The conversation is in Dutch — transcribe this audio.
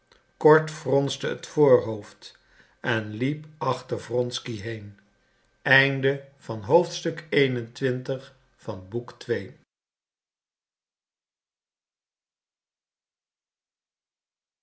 kord fronste het voorhoofd en liep achter wronsky heen